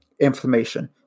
inflammation